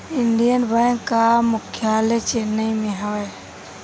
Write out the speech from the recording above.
Indian bank कअ मुख्यालय चेन्नई में हवे